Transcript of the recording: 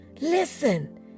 Listen